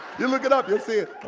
you look it up, you'll see it.